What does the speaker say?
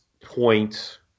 point